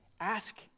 ask